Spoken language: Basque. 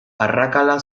arrakala